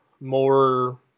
more